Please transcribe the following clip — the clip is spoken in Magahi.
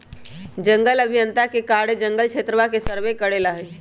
जंगल अभियंता के कार्य जंगल क्षेत्रवा के सर्वे करे ला हई